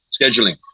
scheduling